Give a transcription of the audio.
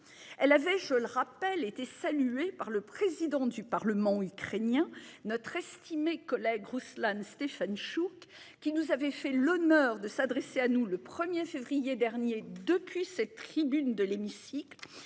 Elle avait je le rappelle était salué par le président du Parlement ukrainien notre estimé collègue Rouslan Stefantchouk qui nous avait fait l'honneur de s'adresser à nous. Le 1er février dernier. Depuis cette tribune de l'hémicycle